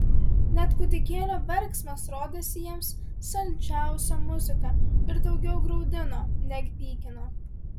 net kūdikėlio verksmas rodėsi jiems saldžiausia muzika ir daugiau graudino neg pykino